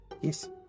Yes